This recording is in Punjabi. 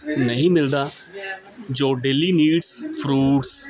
ਨਹੀਂ ਮਿਲਦਾ ਜੋ ਡੇਲੀ ਨੀਡਸ ਫਰੂਟਸ